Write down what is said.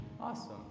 Awesome